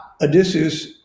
Odysseus